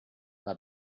una